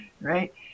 right